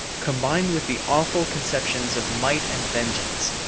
combined with the awful conceptions of might and vengeance,